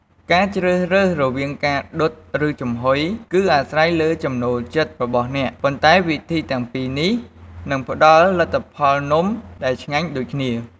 ការជ្រើសរើសរវាងការដុត ឬចំហុយ គឺអាស្រ័យលើចំណូលចិត្តរបស់អ្នក ប៉ុន្តែវិធីទាំងពីរនេះ នឹងផ្ដល់លទ្ធផលនំដែលឆ្ងាញ់ដូចគ្នា។